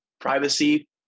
privacy